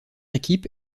équipe